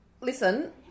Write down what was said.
Listen